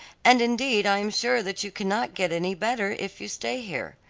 and indeed, i am sure that you cannot get any better, if you stay here.